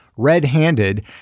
Red-Handed